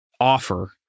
offer